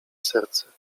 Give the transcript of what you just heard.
serce